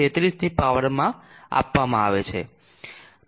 33 ની પાવરમાં આપવામાં આવે છે